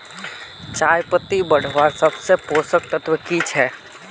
चयपत्ति बढ़वार सबसे पोषक तत्व की छे?